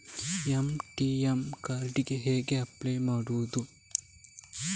ATM card ಗೆ ಹೇಗೆ apply ಮಾಡುವುದು?